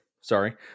sorry